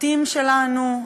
הבתים שלנו,